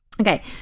Okay